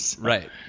Right